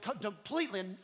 completely